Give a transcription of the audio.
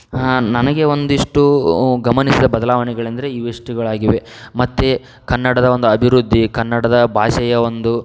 ನನಗೆ ಒಂದಿಷ್ಟು ಗಮನಿಸಿದ ಬದಲಾವಣೆಗಳೆಂದರೆ ಇವಿಷ್ಟುಗಳಾಗಿವೆ ಮತ್ತು ಕನ್ನಡದ ಒಂದು ಅಭಿವೃದ್ಧಿ ಕನ್ನಡದ ಭಾಷೆಯ ಒಂದು